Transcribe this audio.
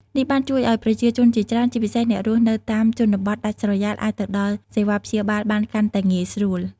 នេះបានជួយឱ្យប្រជាជនជាច្រើន ជាពិសេសអ្នករស់នៅតាមជនបទដាច់ស្រយាល អាចទៅដល់សេវាព្យាបាលបានកាន់តែងាយស្រួល។